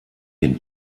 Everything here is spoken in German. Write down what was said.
den